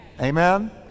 Amen